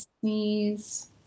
sneeze